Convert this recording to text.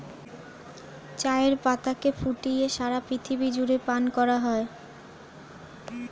চায়ের পাতাকে ফুটিয়ে সারা পৃথিবী জুড়ে পান করা হয়